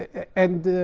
and